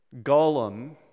Gollum